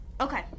Okay